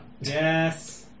Yes